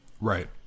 Right